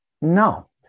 No